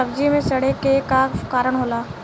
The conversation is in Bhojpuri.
सब्जी में सड़े के का कारण होला?